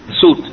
suit